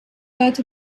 earth